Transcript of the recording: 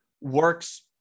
works